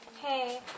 Hey